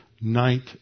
ninth